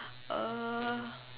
uh